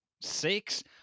Six